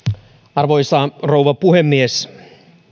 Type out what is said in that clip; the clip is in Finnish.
arvoisa rouva puhemies